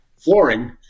flooring